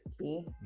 key